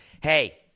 hey